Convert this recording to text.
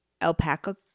alpaca